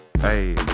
hey